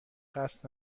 قصد